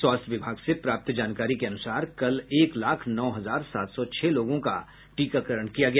स्वास्थ्य विभाग से प्राप्त जानकारी के अनुसार कल एक लाख नौ हजार सात सौ छह लोगों का टीकाकरण किया गया